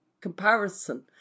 comparison